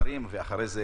מעצרים ואחרי זה